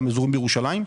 גם אזורים בירושלים,